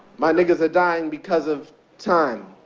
my niggas are dying because of time